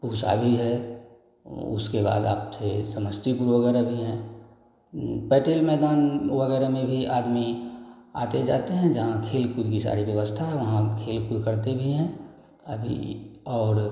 पूसा भी है उसके बाद आपसे समस्तीपुर वगैरह भी हैं पटेल मैदान वगैरह में भी आदमी आते जाते हैं जहाँ खेल कूद की सारी व्यवस्था है वहाँ खेल कूद करते भी हैं अभी और